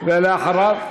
אחריו,